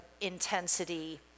intensity